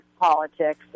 politics